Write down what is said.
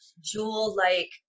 jewel-like